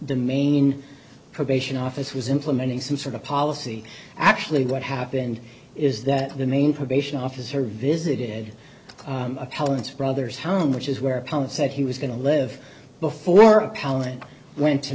the main probation office was implementing some sort of policy actually what happened is that the main probation officer visited appellants brother's home which is where palin said he was going to live before palin went to